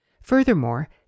Furthermore